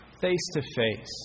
face-to-face